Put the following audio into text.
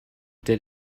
did